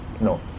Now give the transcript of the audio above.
no